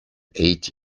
ate